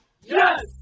Yes